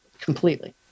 Completely